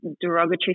derogatory